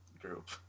group